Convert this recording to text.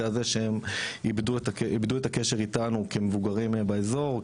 הזה שהם איבדו את הקשר איתנו כמבוגרים באזור,